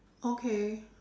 okay